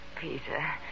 Peter